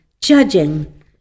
judging